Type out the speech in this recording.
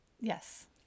Yes